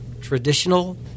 traditional